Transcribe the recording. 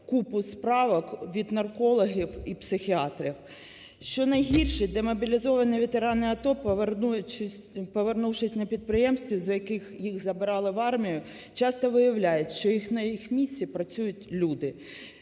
купу справок від наркологів і психіатрів. Що найгірше, демобілізовані ветерани АТО, повернувшись на підприємства, з яких їх забирали в армію, часто виявляють, що на їх місці працюють люди.